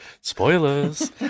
Spoilers